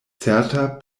certa